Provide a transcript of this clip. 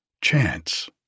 chance